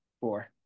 Four